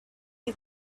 you